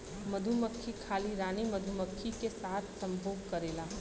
मधुमक्खी खाली रानी मधुमक्खी के साथ संभोग करेला